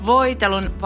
Voitelun